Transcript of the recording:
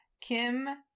Kim